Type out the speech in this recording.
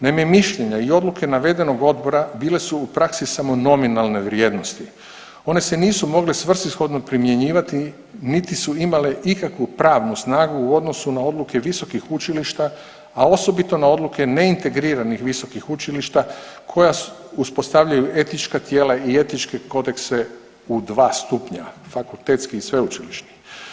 Naime, mišljenja i odluke navedenog odbora bile su u praksi samo nominalne vrijednosti, one se nisu mogle svrsishodno primjenjivati niti su imale ikakvu pravnu snagu u odnosu na odluke visokih učilišta, a osobito na odluke ne integriranih visokih učilišta koja uspostavljaju etička tijela i etičke kodekse u dva stupnja, fakultetski i sveučilišni.